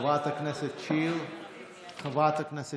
חברת הכנסת שיר, בבקשה.